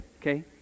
okay